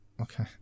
Okay